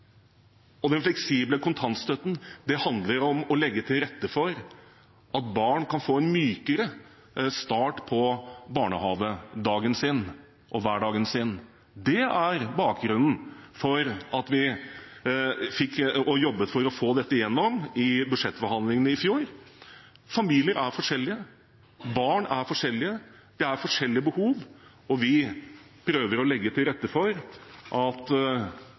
Den fleksible kontantstøtten handler om å legge til rette for at barn kan få en mykere start på barnehagedagen og hverdagen sin. Det er bakgrunnen for at vi jobbet for å få dette igjennom i budsjettforhandlingene i fjor. Familier er forskjellige, barn er forskjellige, det er forskjellige behov, og vi prøver å legge til rette for at